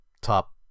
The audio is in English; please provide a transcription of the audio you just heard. top